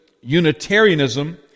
Unitarianism